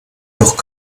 doch